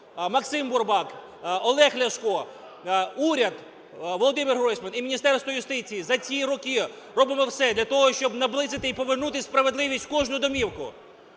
Максим Бурбак, Олег Ляшко, уряд, Володимир Гройсман і Міністерство юстиції за ці роки робимо все для того, щоб наблизити і повернути справедливість в кожну домівку.